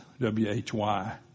W-H-Y